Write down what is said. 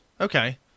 Okay